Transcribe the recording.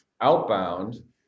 outbound